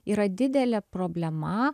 yra didelė problema